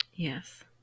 Yes